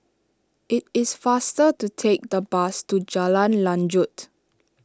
it is faster to take the bus to Jalan Lanjut